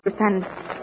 understand